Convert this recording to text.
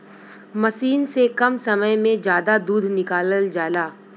मसीन से कम समय में जादा दूध निकालल जाला